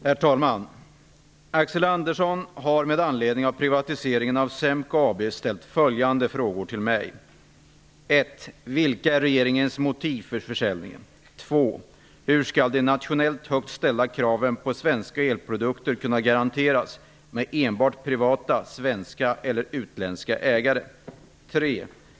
Herr talman! Axel Andersson har med anledning av privatiseringen av SEMKO AB ställt följande frågor till mig: 1. Vilka är regeringens motiv för försäljningen? 2. Hur skall de nationellt högt ställda kraven på svenska elprodukter kunna garanteras med enbart privata svenska eller utländska ägare? 3.